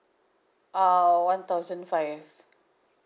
err one thousand five